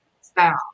style